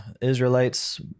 Israelites